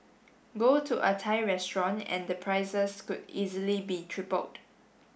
go to a Thai restaurant and the prices could easily be tripled